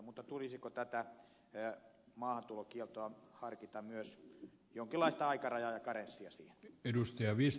mutta tulisiko tähän maahantulokieltoon harkita myös jonkinlaista aikarajaa ja karenssia